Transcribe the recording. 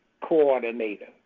coordinator